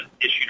issued